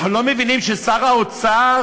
אנחנו לא מבינים שלשר האוצר